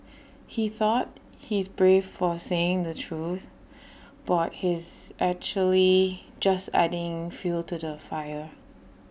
he thought he's brave for saying the truth but he's actually just adding fuel to the fire